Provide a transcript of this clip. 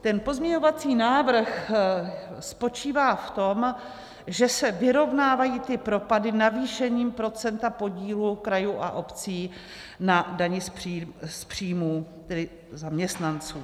Ten pozměňovací návrh spočívá v tom, že se vyrovnávají ty propady navýšením procenta podílu krajů a obcí na dani z příjmů, tedy zaměstnanců.